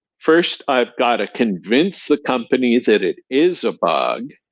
first, i've got to convince the company that it is a bug.